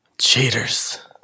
Cheaters